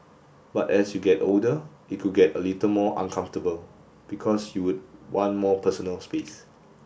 but as you get older it could get a little more uncomfortable because you would want more personal space